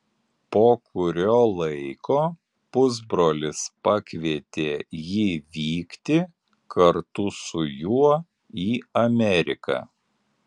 po kurio laiko pusbrolis pakvietė jį vykti kartu su juo į ameriką